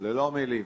ללא מילים.